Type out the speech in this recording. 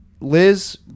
Liz